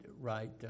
right